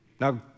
Now